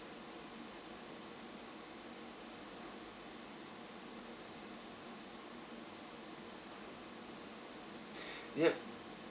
yup